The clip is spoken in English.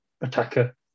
attacker